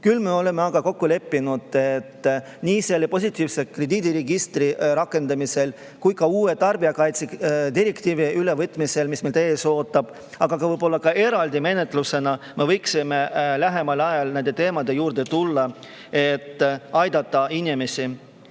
Küll aga oleme me kokku leppinud, et nii positiivse krediidiregistri rakendamisel kui ka uue tarbijakaitse direktiivi ülevõtmisel, mis meid ees ootab, aga võib-olla ka eraldi menetluses me võiksime lähemal ajal nende teemade juurde tulla, et inimesi